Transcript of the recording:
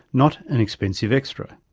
not an expensive extra.